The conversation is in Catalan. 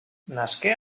nasqué